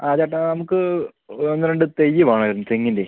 ആ ചേട്ടാ നമുക്ക് ഒന്ന് രണ്ട് തൈ വേണമായിരുന്നു തെങ്ങിൻ്റെ